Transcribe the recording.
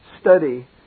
study